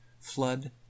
flood